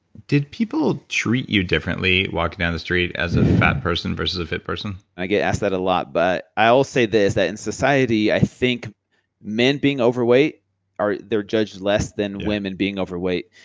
did people treat you differently walking down the street as a fat person versus a fit person? i get asked that a lot. but i will say this, that in society, i think men being overweight they're judged less than women being overweight.